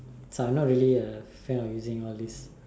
so I'm not really a fan of using all this